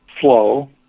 flow